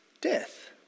death